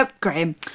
Graham